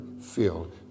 filled